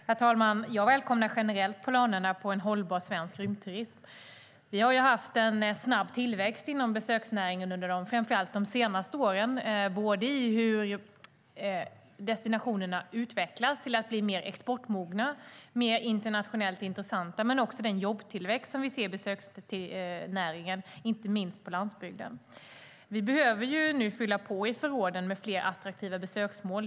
Herr talman! Jag välkomnar generellt planerna på en hållbar svensk rymdturism. Vi har haft en snabb tillväxt inom besöksnäringen under framför allt de senaste åren. Det gäller både hur destinationerna har utvecklats, till att bli mer exportmogna och mer internationellt intressanta, och den jobbtillväxt som vi ser i besöksnäringen, inte minst på landsbygden. Vi behöver nu fylla på i förråden med fler attraktiva besöksmål.